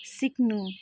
सिक्नु